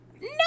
No